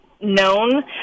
known